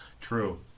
True